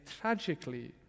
tragically